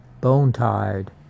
bone-tired